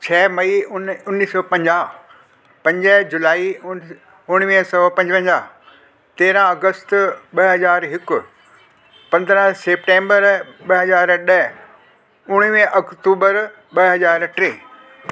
छह मई उन उनीस सौ पंजाह पंज जुलाई उन उणिवीह सौ पंजवंजाह तेरहं अगस्त ॿ हज़ार हिकु पंद्रहं सेप्टेंबर ॿ हज़ार ॾह उणिवीह अक्टूबर ॿ हज़ार ट्रे